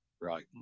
right